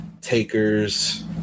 Takers